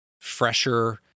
fresher